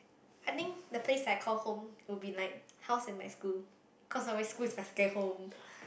I think the place I call home would be like house and my school cause always school is my second home